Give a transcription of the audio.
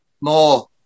more